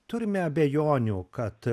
turime abejonių kad